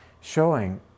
showing